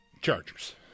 Chargers